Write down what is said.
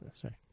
sorry